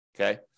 okay